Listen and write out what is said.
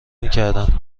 میکردند